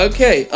Okay